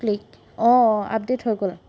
click অঁ update হৈ গ'ল